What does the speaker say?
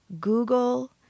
Google